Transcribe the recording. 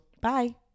Bye